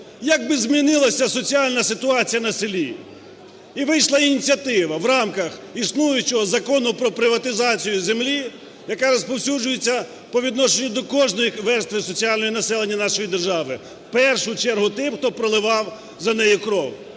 Як би змінилася соціальна ситуація на селі?" І вийшла ініціатива в рамках існуючого Закону про приватизацію землі, яка розповсюджується по відношенню до кожної верстви соціальної населення нашої держави: в першу чергу тим, хто проливав за неї кров.